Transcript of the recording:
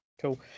cool